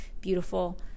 beautiful